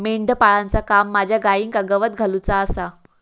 मेंढपाळाचा काम माझ्या गाईंका गवत घालुचा आसा